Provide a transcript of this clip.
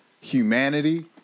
Humanity